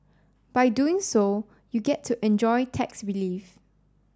by doing so you get to enjoy tax relief